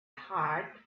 heart